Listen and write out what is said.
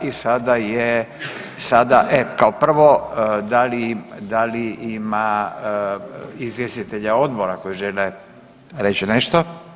I sada je sada kao prvo da li ima izvjestitelja odbora koji žele reći nešto?